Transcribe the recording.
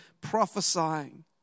prophesying